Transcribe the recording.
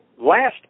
last